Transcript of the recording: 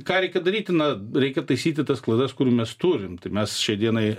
ką reikia daryti na reikia taisyti tas klaidas kurių mes turim tai mes šiai dienai